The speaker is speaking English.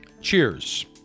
cheers